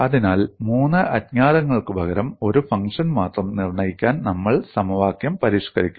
അതിനാൽ മൂന്ന് അജ്ഞാതങ്ങൾക്കുപകരം ഒരു ഫംഗ്ഷൻ മാത്രം നിർണ്ണയിക്കാൻ നമ്മൾ സമവാക്യങ്ങൾ പരിഷ്ക്കരിക്കും